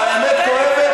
האמת כואבת?